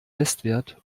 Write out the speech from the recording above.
bestwert